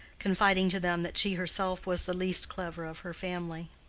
confiding to them that she herself was the least clever of her family.